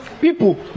People